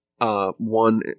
one